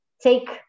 take